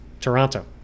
Toronto